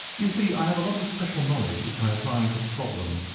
you see i have a lot of special knowledge which i apply to the problem,